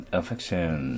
affection